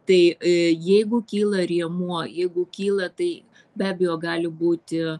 tai jeigu kyla rėmuo jeigu kyla tai be abejo gali būti